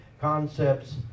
concepts